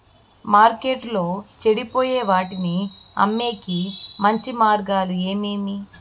మార్కెట్టులో చెడిపోయే వాటిని అమ్మేకి మంచి మార్గాలు ఏమేమి